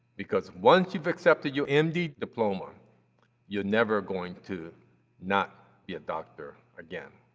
because once you've accepted your m d. diploma you're never going to not be a doctor again.